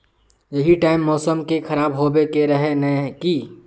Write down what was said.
यही टाइम मौसम के खराब होबे के रहे नय की?